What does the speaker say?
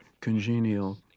congenial